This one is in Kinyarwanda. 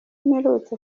mperutse